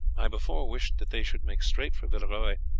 i before wished that they should make straight for villeroy,